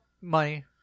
Money